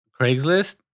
Craigslist